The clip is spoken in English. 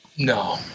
No